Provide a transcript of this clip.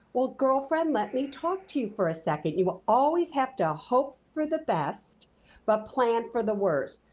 well, girlfriend, let me talk to you for a second you always have to hope for the best but plan for the worst.